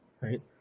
right